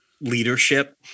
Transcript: leadership